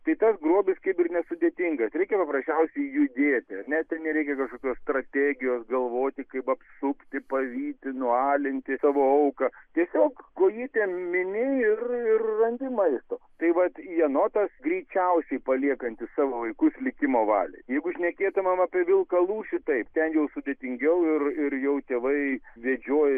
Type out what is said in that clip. tai tas grobis kaip ir nesudėtingas reikia paprasčiausiai judėti ar ne ten nereikia kažkokios strategijos galvoti kaip apsukti pavyti nualinti savo auką tiesiog kojytėm mini ir ir randi maisto tai vat jenotas greičiausiai paliekantis savo vaikus likimo valiai jeigu šnekėtumėm apie vilką lūšį taip ten jau sudėtingiau ir ir jau tėvai vedžioja